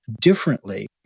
differently